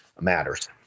matters